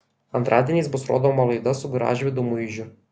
antradieniais bus rodoma laida su gražvydu muižiu